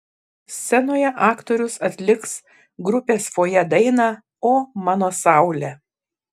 scenoje aktorius atliks grupės fojė dainą o mano saule